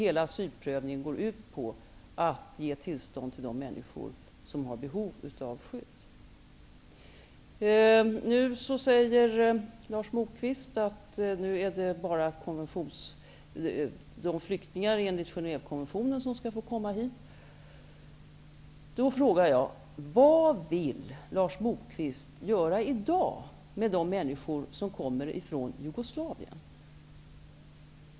Hela asylprövningen går ut på att ge till stånd till de människor som har behov av skydd. Sedan säger Lars Moquist att nu skall bara flyk tingar enligt Genèvekonventionen få komma hit. Vad vill Lars Moquist göra i dag med de männi skor som kommer från Jugoslavien?